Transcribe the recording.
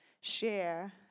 share